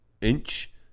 Inch